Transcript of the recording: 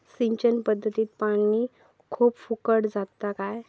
सिंचन पध्दतीत पानी खूप फुकट जाता काय?